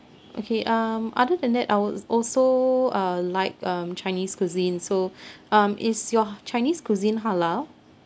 okay um other than that I would also uh like um chinese cuisine so um is your chinese cuisine halal